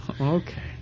Okay